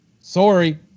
Sorry